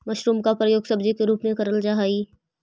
mushroom का प्रयोग सब्जी के रूप में करल हई